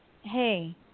Hey